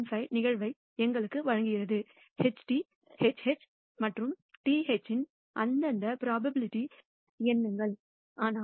75 நிகழ்தகவை உங்களுக்கு வழங்குகிறது HT HH மற்றும் TH இன் அந்தந்த ப்ரோபபிலிட்டிகளிலிருந்து எண்ணுங்கள் ஆனால் இது 0